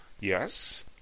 Yes